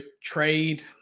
trade